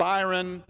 Byron